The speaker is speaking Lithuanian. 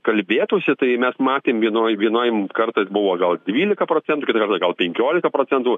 kalbėtųsi tai mes matėm vienoj vienoj kartas buvo gal dvylika procentų kitą kartą gal penkiolika procentų